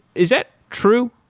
is that true?